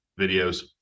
videos